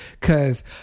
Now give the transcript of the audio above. Cause